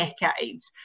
decades